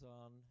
on